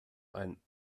einen